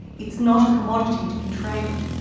it's not a commodity to be traded.